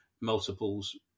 multiples